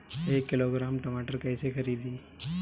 एक किलोग्राम टमाटर कैसे खरदी?